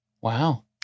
Wow